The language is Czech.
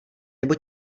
nebo